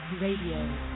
Radio